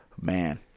Man